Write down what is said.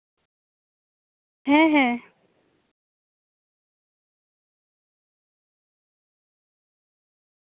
ᱦᱮᱸ ᱦᱮᱸ